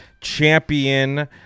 champion